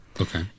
okay